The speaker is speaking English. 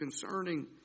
concerning